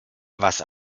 was